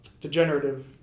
degenerative